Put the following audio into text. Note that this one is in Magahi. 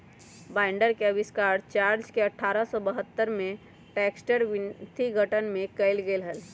बाइंडर के आविष्कार चार्ल्स ने अठारह सौ बहत्तर में बैक्सटर विथिंगटन में कइले हल